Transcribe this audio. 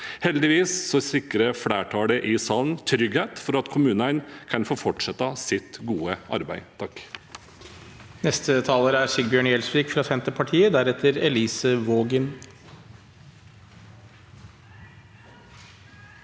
Heldigvis sikrer flertallet i salen trygghet for at kommunene kan få fortsette sitt gode arbeid.